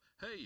hey